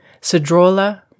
Cedrola